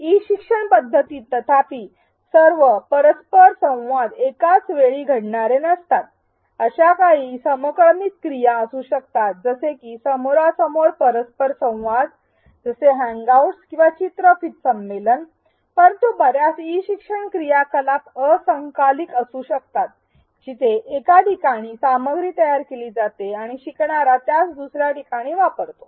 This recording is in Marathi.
ई शिक्षण पद्धतीत तथापि सर्व परस्परसंवाद एकाच वेळी घडणारे नसतात अशा काही समक्रमित क्रिया असू शकतात जसे की समोरासमोर परस्परसंवाद जसे हँगआउट्स किंवा चित्रफित संमेलन परंतु बर्याच ई शिक्षण क्रियाकलाप असंकालिक असू शकतात जिथे एका ठिकाणी सामग्री तयार केली जाते आणि शिकणारा त्यास दुसर्या ठिकाणी वापरतो